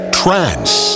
trance